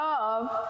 love